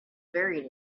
buried